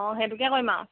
অ সেইটোকে কৰিম আৰু